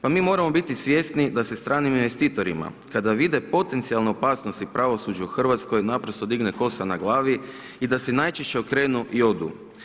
Pa mi moramo biti svjesni, da se stranim investitorima, kada vide potencijalnu opasnost i pravosuđe u Hrvatskoj naprosto digne kosa na glavi i da se najčešće okrenu i odu.